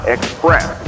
Express